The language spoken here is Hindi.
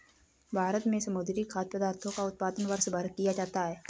भारत में समुद्री खाद्य पदार्थों का उत्पादन वर्षभर किया जाता है